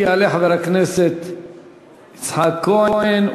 יעלה חבר הכנסת יצחק כהן.